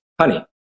honey